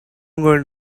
going